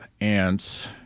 ants